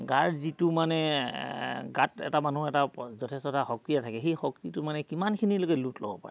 গাৰ যিটো মানে গাত এটা মানুহ এটা যথেষ্ট এটা শক্তি থাকে সেই শক্তিটো মানে কিমানখিনিলৈকে লুড ল'ব পাৰে